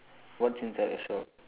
what's inside the shop